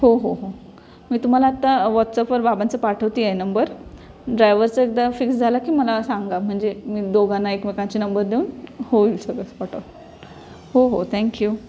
हो हो हो मी तुम्हाला आता वॉच्चअपवर बाबांचं पाठवते आहे नंबर ड्रायवरचा एकदा फिक्स झाला की मला सांगा म्हणजे मी दोघांना एकमेकांचे नंबर देऊन होईल सगळं सॉटॉ हो हो थँक्यू